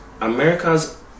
America's